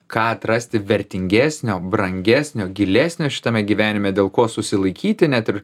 ką atrasti vertingesnio brangesnio gilesnio šitame gyvenime dėl ko susilaikyti net ir